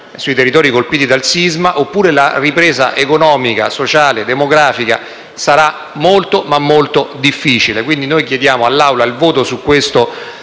Grazie,